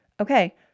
okay